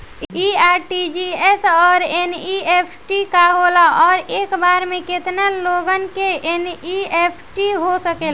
इ आर.टी.जी.एस और एन.ई.एफ.टी का होला और एक बार में केतना लोगन के एन.ई.एफ.टी हो सकेला?